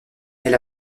elle